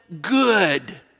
good